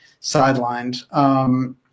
sidelined